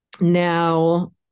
Now